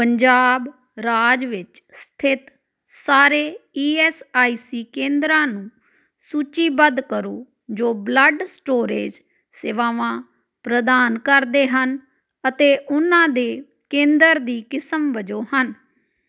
ਪੰਜਾਬ ਰਾਜ ਵਿੱਚ ਸਥਿਤ ਸਾਰੇ ਈ ਐੱਸ ਆਈ ਸੀ ਕੇਂਦਰਾਂ ਨੂੰ ਸੂਚੀਬੱਧ ਕਰੋ ਜੋ ਬਲੱਡ ਸਟੋਰੇਜ ਸੇਵਾਵਾਂ ਪ੍ਰਦਾਨ ਕਰਦੇ ਹਨ ਅਤੇ ਉਹਨਾਂ ਦੇ ਕੇਂਦਰ ਦੀ ਕਿਸਮ ਵਜੋਂ ਹਨ